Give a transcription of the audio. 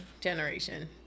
generation